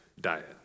diet